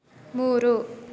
ಮೂರು